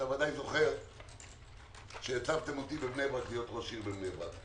אתה ודאי זוכר שהצבתם אותי להיות ראש עיר בבני ברק,